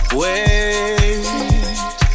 wait